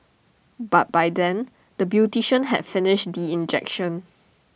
but by then the beautician have finished the injection